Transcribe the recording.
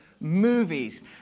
movies